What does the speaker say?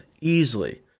easily